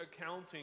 accounting